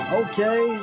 okay